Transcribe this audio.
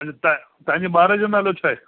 अने त तव्हांजे ॿार जो नालो छा आहे